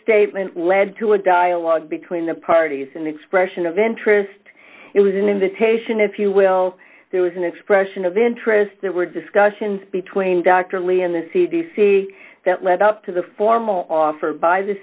statement led to a dialogue between the parties and expression of interest it was an invitation if you will there was an expression of interest there were discussions between dr lee and the c d c that led up to the formal offer by the